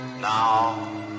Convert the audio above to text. Now